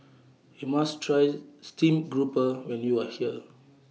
YOU must Try Steamed Grouper when YOU Are here